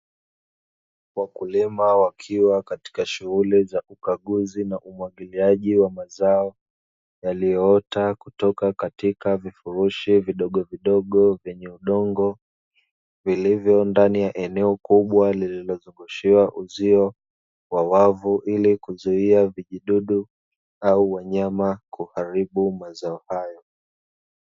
Wakulima wakiwa katika shughuli za ukaguzi na umwagiliaji wa mazao, yaliyoota kutoka katika viifurushi vidogovidogo vyenye udongo, vilivyo ndani ya eneo kubwa lililozungushiwa uzio wa wavu, ili kuzuia vijidudu au wanyama kuharibu mazao hayo.